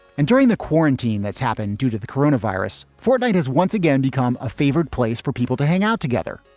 and during the quarantine that's happened due to the coronavirus fortnight has once again become a favored place for people to hang out together.